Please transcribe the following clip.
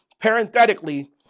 parenthetically